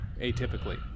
atypically